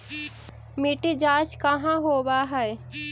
मिट्टी जाँच कहाँ होव है?